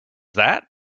that